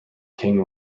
king